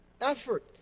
effort